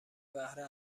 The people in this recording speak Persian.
بهره